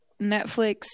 Netflix